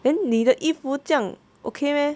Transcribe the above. then 你的衣服这样 okay meh